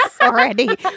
already